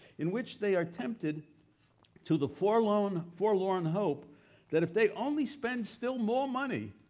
in which they are tempted to the forlorn forlorn hope that if they only spend still more money,